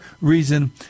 reason